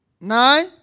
nine